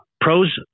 Pros